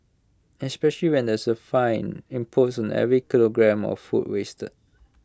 especially when there's A fine imposed on every kilogramme of food wasted